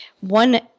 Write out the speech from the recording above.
one